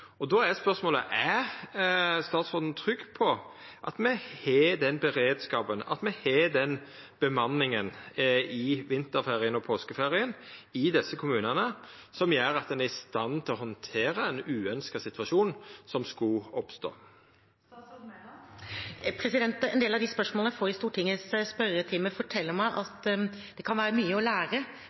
Då er spørsmålet: Er statsråden trygg på at me har den beredskapen, at me har den bemanninga i vinterferien og påskeferien i desse kommunane som gjer at ein er i stand til å handtera ein uønskt situasjon, viss han skulle oppstå? En del av de spørsmålene jeg får i Stortingets spørretime, forteller meg at det kan være mye å lære